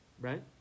Right